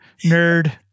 nerd